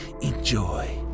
enjoy